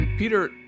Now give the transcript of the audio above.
Peter